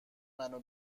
منو